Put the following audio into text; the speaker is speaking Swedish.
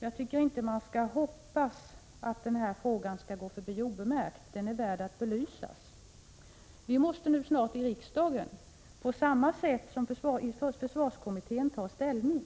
Jag tycker inte man skall hoppas att denna fråga går förbi obemärkt, den är värd att belysas. Vi måste nu snart i riksdagen — på samma sätt som i försvarskommittén — ta ställning.